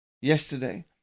Yesterday